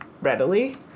readily